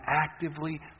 actively